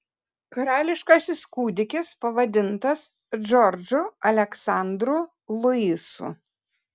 karališkasis kūdikis pavadintas džordžu aleksandru luisu